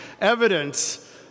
evidence